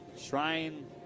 Shrine